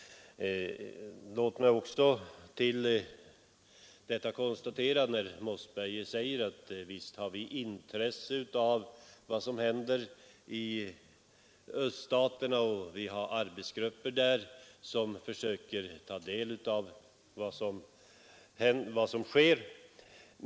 Herr Mossberger säger att visst har vi intresse av vad som händer i öststaterna, och vi har ju arbetsgrupper där som försöker ta del av vad som sker.